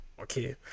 okay